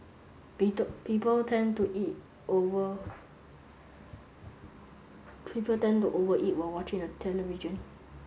people tend to eat over people tend to over eat while watching the television